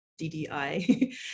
DDI